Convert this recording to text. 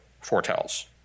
foretells